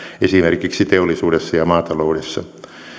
esimerkiksi teollisuudessa ja maataloudessa